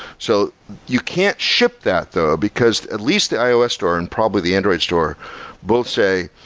so you can't ship that though, because at least the ios store and probably the android store both say,